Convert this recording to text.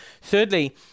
Thirdly